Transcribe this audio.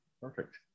Perfect